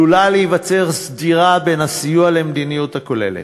עלולה להיווצר סתירה בין הסיוע למדיניות הכוללת.